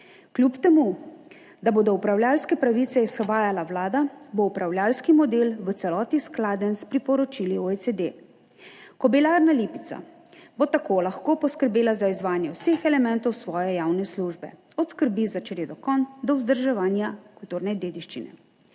Kljub temu da bo upravljavske pravice izvajala Vlada, bo upravljavski model v celoti skladen s priporočili OECD. Kobilarna Lipica bo tako lahko poskrbela za izvajanje vseh elementov svoje javne službe, od skrbi za čredo konj do vzdrževanja kulturne dediščine,